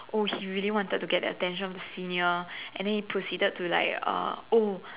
oh he really wanted to get the attention of the senior and then he proceeded to like uh oh